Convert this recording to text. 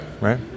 right